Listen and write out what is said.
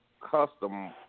custom